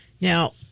Now